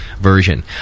version